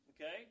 okay